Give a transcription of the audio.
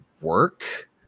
work